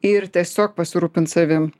ir tiesiog pasirūpint savim